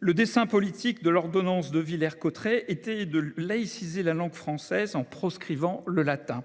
Le dessein politique de l’ordonnance de Villers Cotterêts était de laïciser la langue française en proscrivant le latin.